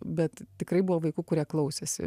bet tikrai buvo vaikų kurie klausėsi